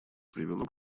привело